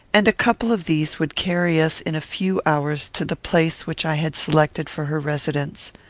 and a couple of these would carry us in a few hours to the place which i had selected for her residence.